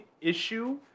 issue